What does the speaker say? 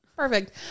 Perfect